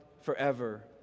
forever